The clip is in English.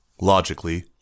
Logically